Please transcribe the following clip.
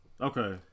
Okay